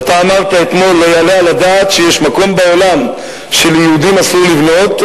ואתה אמרת אתמול: לא יעלה על הדעת שיש מקום בעולם שליהודים אסור לבנות.